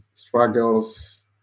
struggles